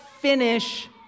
finish